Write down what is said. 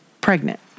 pregnant